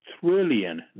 trillion